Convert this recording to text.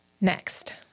Next